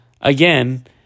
again